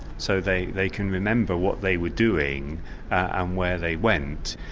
so they they can remember what they were doing and where they went,